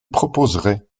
proposerais